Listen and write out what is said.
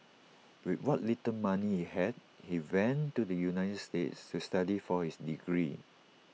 with what little money he had he went to the united states to study for his degree